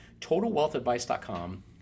totalwealthadvice.com